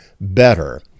better